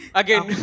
again